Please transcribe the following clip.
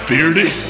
Beardy